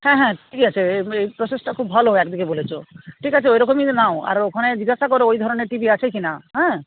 হ্যাঁ হ্যাঁ ঠিক আছে এই প্রসেসটা খুব ভালো একদিকে বলেছ ঠিক আছে ওই রকমই নাও আর ওখানে জিজ্ঞাসা করো ওই ধরনের টি ভি আছে কি না হ্যাঁ